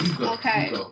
Okay